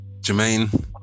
Jermaine